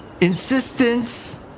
Insistence